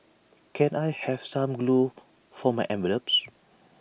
can I have some glue for my envelopes